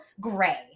gray